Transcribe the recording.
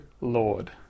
Lord